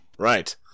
Right